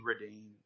redeemed